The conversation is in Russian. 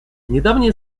недавние